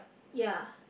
ya